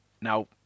now